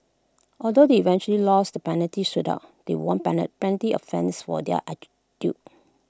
although they eventually lost the penalty shootout they won plenty of fans for their attitude